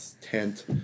tent